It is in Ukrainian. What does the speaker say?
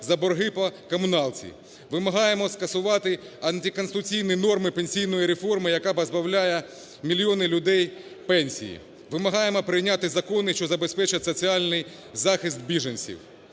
по борги по комуналці. Вимагаємо скасувати антиконституційні норми пенсійної реформи, яка позбавляє мільйони людей пенсії, вимагаємо прийняти закони, що забезпечать соціальний захист біженців.